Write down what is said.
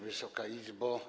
Wysoka Izbo!